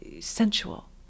sensual